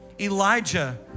Elijah